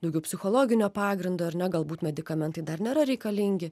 daugiau psichologinio pagrindo ar ne galbūt medikamentai dar nėra reikalingi